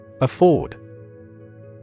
Afford